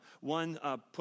One